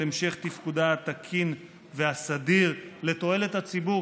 המשך תפקודה התקין והסדיר של הרשות לתועלת הציבור,